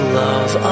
love